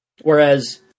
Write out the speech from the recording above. Whereas